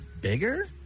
bigger